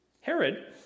Herod